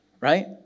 right